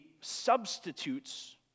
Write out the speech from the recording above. substitutes